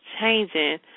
changing